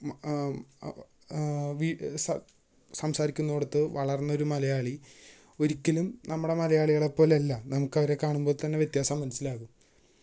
സംസാരിക്കുന്നിടത്ത് വളര്ന്ന ഒരു മലയാളി ഒരിക്കലും നമ്മുടെ മലയാളികളെ പോലെയല്ല നമുക്ക് അവരെ കാണുമ്പം തന്നെ വ്യത്യാസം മനസ്സിലാകും